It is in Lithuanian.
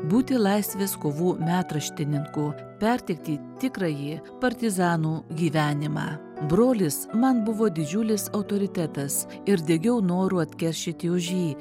būti laisvės kovų metraštininku perteikti tikrąjį partizanų gyvenimą brolis man buvo didžiulis autoritetas ir degiau noru atkeršyti už jį